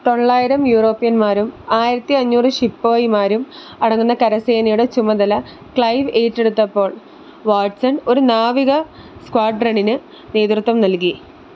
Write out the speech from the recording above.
തൊള്ളായിരം യൂറോപ്യന്മാരും ആയിരത്തി അഞ്ഞൂറ് ശിപ്പായിമാരും അടങ്ങുന്ന കരസേനയുടെ ചുമതല ക്ലൈവ് ഏറ്റെടുത്തപ്പോൾ വാട്സൺ ഒരു നാവിക സ്ക്വാഡ്രണിന് നേതൃത്വം നൽകി